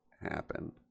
happen